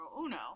Uno